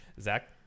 Zach